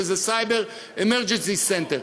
שזה Cyber Emergency Center,